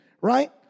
Right